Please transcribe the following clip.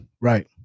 right